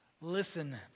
listen